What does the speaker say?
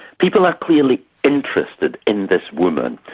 people are clearly interested in this woman.